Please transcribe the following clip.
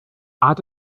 add